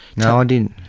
no, i didn't.